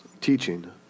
teaching